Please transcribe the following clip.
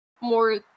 more